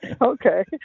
Okay